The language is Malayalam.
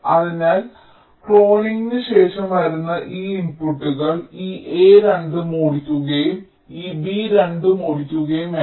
അതിനാൽ ക്ലോണിംഗിന് ശേഷം വരുന്ന ഈ ഇൻപുട്ടുകൾ ഈ A രണ്ടും ഓടിക്കുകയും ഈ B രണ്ടും ഓടിക്കുകയും വേണം